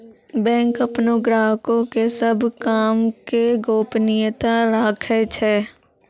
bank अपनो ग्राहको के सभ काम के गोपनीयता राखै छै